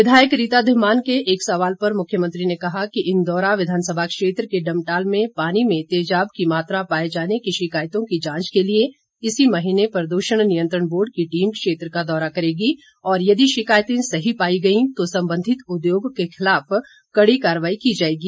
विधायक रीता धीमान के एक सवाल पर मुख्यमंत्री ने कहा कि इंदौरा विधानसभा क्षेत्र के डमटाल में पानी में तेजाब की मात्रा पाए जाने की शिकायतों की जांच के लिए इसी महीने प्रद्षण नियंत्रण बोर्ड की टीम क्षेत्र का दौरा करेगी और यदि शिकायतें सही पाई गई तो संबंधित उद्योगों के खिलाफ कड़ी कार्रवाई की जाएगी